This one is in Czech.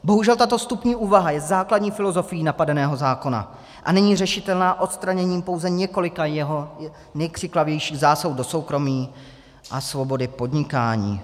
Bohužel tato vstupní úvaha je základní filozofií napadeného zákona a není řešitelná odstraněním pouze několika jeho nejkřiklavějších zásahů do soukromí a svobody podnikání.